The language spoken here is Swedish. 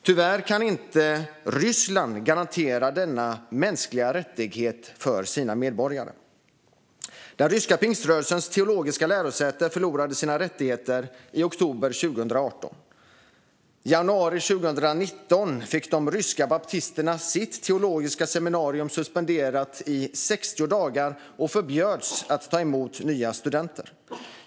Tyvärr kan inte Ryssland garantera sina medborgare denna mänskliga rättighet. Den ryska pingströrelsens teologiska lärosäte förlorade sina rättigheter i oktober 2018. I januari 2019 fick de ryska baptisterna sitt teologiska seminarium i Moskva suspenderat i 60 dagar och förbjöds att ta emot nya studenter.